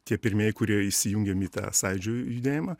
tie pirmieji kurie įsijungėm į tą sąjūdžio judėjimą